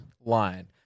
line